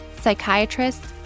psychiatrists